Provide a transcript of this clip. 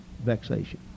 vexation